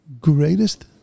greatest